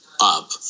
up